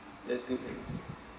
that's good ah